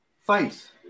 Faith